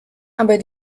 aber